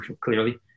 clearly